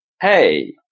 Hey